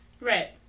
Right